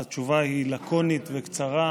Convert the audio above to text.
אז התשובה לקונית וקצרה.